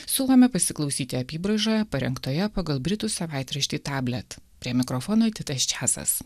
siūlome pasiklausyti apybraižoje parengtoje pagal britų savaitraštyje prie mikrofono titas česas